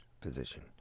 position